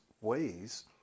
ways